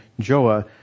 Joah